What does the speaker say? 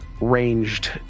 ranged